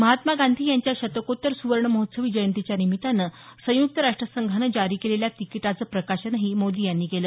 महात्मा गांधी यांच्या शतकोत्तर सुवर्ण महोत्सवी जयंतीच्या निमित्तानं संयुक्त राष्ट्र संघानं जारी केलेल्या तिकिटाचं प्रकाशनही मोदी यांनी केलं